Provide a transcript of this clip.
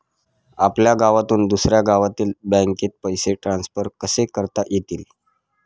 आपल्या गावातून दुसऱ्या गावातील बँकेत पैसे ट्रान्सफर कसे करता येतील?